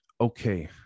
okay